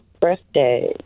birthday